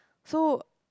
so